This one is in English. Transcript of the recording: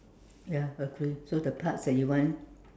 ya agree so the parts that you want